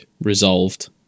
resolved